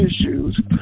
issues